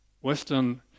Western